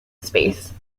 space